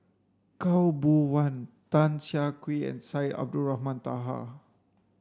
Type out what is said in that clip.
Khaw Boon Wan Tan Siah Kwee and Syed Abdulrahman Taha